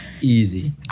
Easy